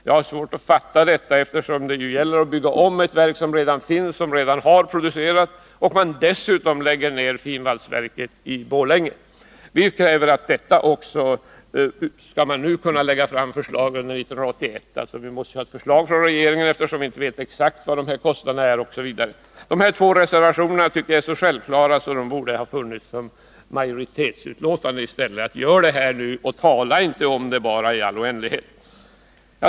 Jag har svårt att fatta detta, eftersom det gäller ett verk som redan finns och man dessutom lägger ner finvalsverket i Borlänge. I reservation 9 kräver vi socialdemokrater att regeringen lägger fram ett förslag under 1981 om en genomgripande ombyggnad av finvalsverket i Luleå. Vi måste ju ha ett förslag från regeringen, eftersom vi inte vet exakt vilka kostnaderna är. De två reservationerna 8 och 9 tycker jag är så självklara att de borde ha funnits som majoritetsutlåtande i stället. Gör det här nu och tala inte bara om det i all oändlighet!